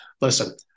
Listen